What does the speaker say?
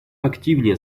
активнее